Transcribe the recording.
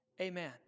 Amen